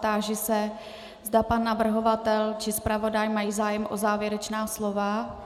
Táži se, zda pan navrhovatel či zpravodaj mají zájem o závěrečná slova.